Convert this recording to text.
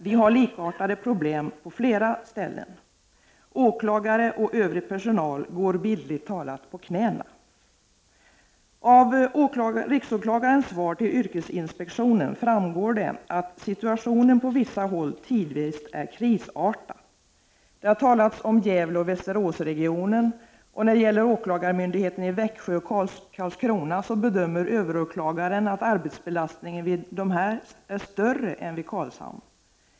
Vi har likartade problem på de flesta ställen. Åklagare och övrig personal går bildligt talat på knäna. Av riksåklagarens svar till yrkesinspektionen framgår att situationen på vissa håll tidvis har varit krisartad. Det har talats om Gävleoch Västeråsregionen, och när det gäller åklagarmyndigheterna i Växjö och Karlskrona bedömer överåklagaren att arbetsbelastningen vid dessa är större än vid Karlshamn.